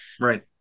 Right